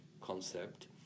concept